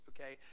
Okay